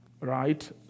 Right